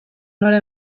nola